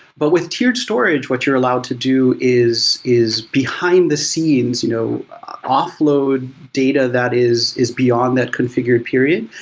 but with tiered storage, what you're allowed to do is is behind the scenes you know offload data that is is beyond that configured period,